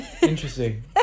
Interesting